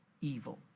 evil